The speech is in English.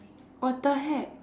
what the heck